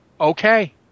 Okay